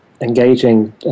engaging